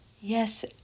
Yes